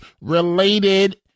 related